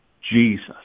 Jesus